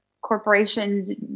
corporations